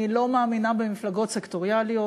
אני לא מאמינה במפלגות סקטוריאליות,